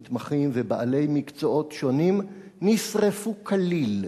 מתמחים ובעלי מקצועות שונים נשרפו כליל.